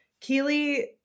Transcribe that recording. Keely